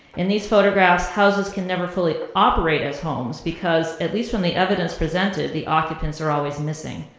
in these photographs, houses can never fully operate as homes because, at least from the evidence presented, the occupants are always missing.